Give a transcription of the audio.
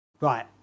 Right